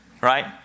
right